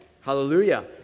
Hallelujah